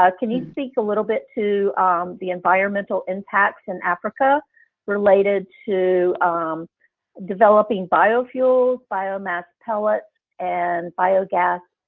ah can you speak a little bit to the environmental impacts in africa related to developing biofuels, biomass pellets and biogas